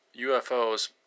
UFOs